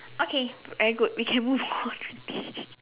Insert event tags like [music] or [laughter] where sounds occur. okay very good we can move on already [breath]